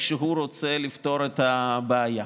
איך שהוא רוצה לפתור את הבעיה.